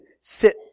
sit